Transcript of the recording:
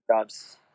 jobs